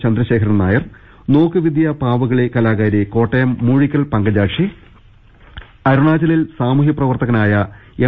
ചന്ദ്രശേഖ രൻ നായർ നോക്കുവിദ്യാ പാവകളി കലാകാരി കോട്ടയം മൂഴിക്കൽ പങ്കജാക്ഷി അരുണാചലിൽ സാമൂഹൃപ്രവർത്തകനായ എം